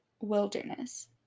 wilderness